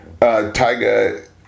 Tyga